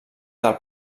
del